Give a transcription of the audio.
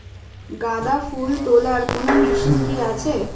গাঁদাফুল তোলার কোন মেশিন কি আছে?